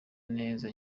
neza